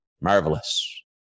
Marvelous